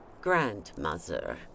Grandmother